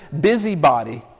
Busybody